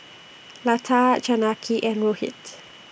Lata Janaki and Rohit